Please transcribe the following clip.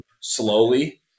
slowly